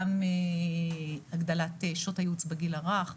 גם הגדלת שעות הייעוץ בגיל הרך,